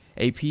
ap